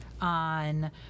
on